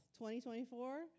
2024